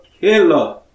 killer